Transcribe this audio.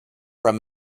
from